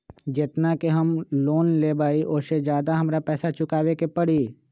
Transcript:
जेतना के हम लोन लेबई ओ से ज्यादा के हमरा पैसा चुकाबे के परी?